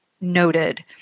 noted